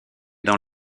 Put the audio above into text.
dans